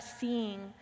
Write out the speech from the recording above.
seeing